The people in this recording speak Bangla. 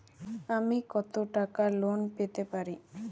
আমি কত টাকা লোন পেতে পারি?